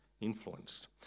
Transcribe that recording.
influenced